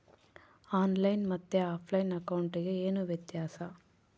On line ಮತ್ತೆ offline ಅಕೌಂಟಿಗೆ ಏನು ವ್ಯತ್ಯಾಸ?